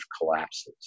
collapses